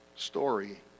story